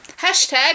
hashtag